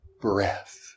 breath